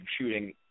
shooting